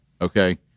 okay